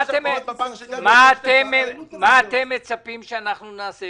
מה אתם מצפים שאנחנו נעשה?